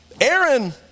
Aaron